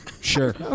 Sure